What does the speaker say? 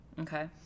Okay